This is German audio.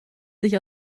sich